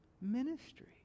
ministry